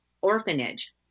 orphanage